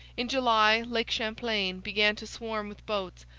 in july lake champlain began to swarm with boats,